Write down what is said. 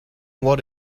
what